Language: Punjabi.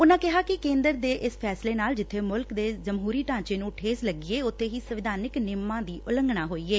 ਉਨਾਂ ਕਿਹਾ ਕਿ ਕੇਂਦਰ ਦੇ ਇਸ ਫੈਸਲੇ ਨਾਲ ਜਿੱਬੇ ਮੁਲਕ ਦੇ ਜਮਹੁਰੀ ਢਾਂਚੇ ਨੂੰ ਠੇਸ ਲੱਗੀ ਏ ਉਂਬੇ ਹੀ ਸੰਵਿਧਾਨਿਕ ਨੇਮਾਂ ਉਲੰਘਣਾ ਹੋਈ ਏ